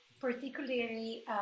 particularly